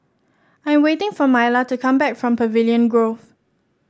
I'm waiting for Myla to come back from Pavilion Grove